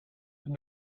and